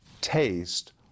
taste